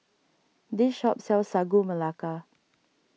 this shop sells Sagu Melaka